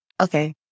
Okay